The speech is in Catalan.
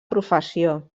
professió